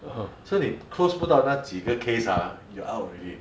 所以你 close 不到那几个 case ah you're out already